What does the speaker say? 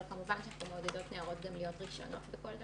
אבל כמובן שאנחנו מעודדות נערות גם להיות ראשונות בכל דבר,